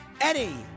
Eddie